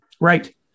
Right